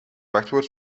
wachtwoord